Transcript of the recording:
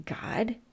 God